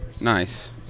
nice